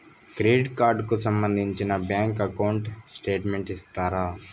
Credit card కు సంబంధించిన bank account statement ఇస్తారా?